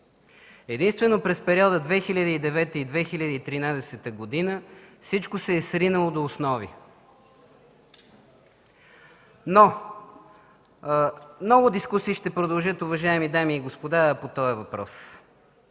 единствено през периода 2009-2013 г. всичко се е сринало до основи. Много дискусии ще продължат, уважаеми дами и господа, по този въпрос.